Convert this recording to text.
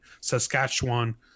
Saskatchewan